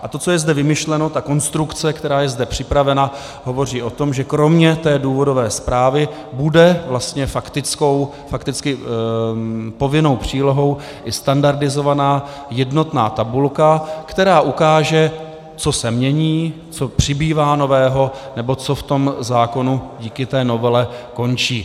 A to, co je zde vymyšleno, ta konstrukce, která je zde připravena, hovoří o tom, že kromě té důvodové zprávy bude vlastně fakticky povinnou přílohou i standardizovaná jednotná tabulka, která ukáže, co se mění, co přibývá nového nebo co v tom zákonu díky té novele končí.